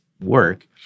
work